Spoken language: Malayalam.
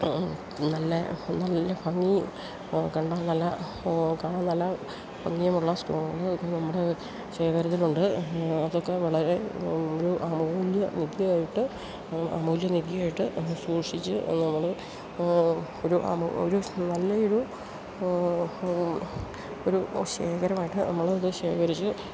നല്ല നല്ല ഭംഗി കണ്ടാൽ നല്ല കാണാൻ നല്ല ഭംഗിയുമുള്ള സ്റ്റോണ് ഒക്കെ നമ്മുടെ ശേഖരത്തിലുണ്ട് അതൊക്കെ വളരെ ഒരു അമൂല്യനിധിയായിട്ട് അമൂല്യനിധിയായിട്ട് സൂക്ഷിച്ച് നമ്മള് ഒരു നല്ല ഒരു ഒരു ശേഖരമായിട്ട് നമ്മളത് ശേഖരിച്ച്